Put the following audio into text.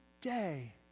day